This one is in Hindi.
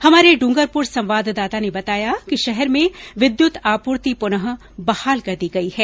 हमारे डूंगरपुर संवाददाता ने बताया कि शहर में विद्युत आपूर्ति पुनः बहाल कर दी गई है